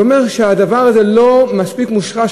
זה אומר שהדבר הזה לא מספיק מושרש.